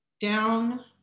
down